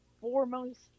foremost